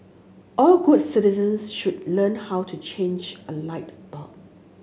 all good citizens should learn how to change a light bulb